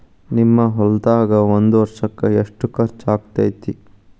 ನಿಮ್ಮ ಹೊಲ್ದಾಗ ಒಂದ್ ವರ್ಷಕ್ಕ ಎಷ್ಟ ಖರ್ಚ್ ಆಕ್ಕೆತಿ?